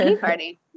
party